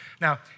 Now